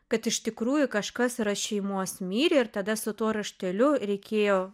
kad iš tikrųjų kažkas yra šeimos mirė ir tada su tuo rašteliu reikėjo